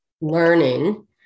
learning